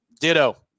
Ditto